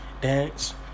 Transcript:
dance